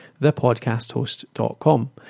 thepodcasthost.com